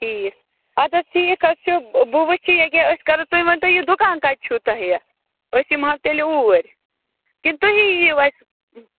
ٹھیٖک اَدٕ حظ ٹھیٖک حظ بہٕ وُچھٕ ییٚکیٛاہ أسۍ کرو تُہۍ ؤنۍتو یہِ دُکان کَتہِ چھُو تۄہہِ أسۍ یِمہٕ ہاو تیٚلہِ اوٗرۍ کِنہٕ تُہی یِیِو اَسہِ